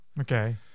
Okay